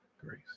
Grace